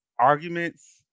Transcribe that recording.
arguments